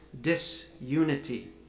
disunity